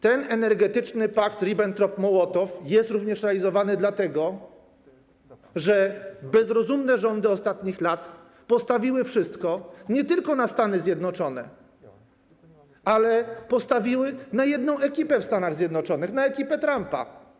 Ten energetyczny pakt Ribbentrop-Mołotow jest również realizowany dlatego, że bezrozumne rządy ostatnich lat postawiły wszystko nie tylko na Stany Zjednoczone, ale na jedną ekipę w Stanach Zjednoczonych, na ekipę Trumpa.